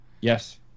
Yes